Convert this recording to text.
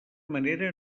manera